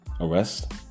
arrest